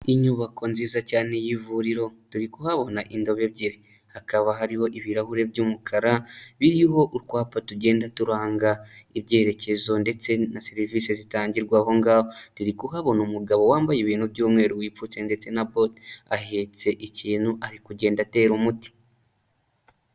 Inyubako nziza cyane y'ivuriro turi kuhabona indobo ebyiri hakaba hariho ibirahuri by'umukara biririho utwapa tugenda turanga ibyerekezo ndetse na serivisi zitangirwa aho ngaho. Turi iri kuhabona umugabo wambaye ibintu by'umweru wipfutse ndetse na bote ahetse ikintu ari kugenda atera umuti.